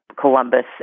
Columbus